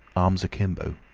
arms akimbo.